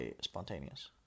spontaneous